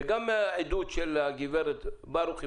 וגם עדות של הגברת ברוך,